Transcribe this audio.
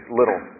little